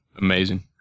amazing